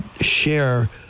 share